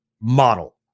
model